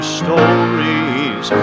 stories